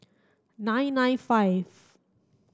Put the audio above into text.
nine nine five